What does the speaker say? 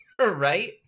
Right